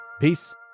Peace